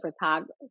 photographer